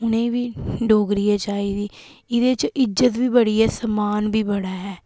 उ'नेंगी बी डोगरी ऐ चाहिदी एह्दे च इज़्ज़त बी बड़ी ऐ सम्मान बी बड़ा ऐ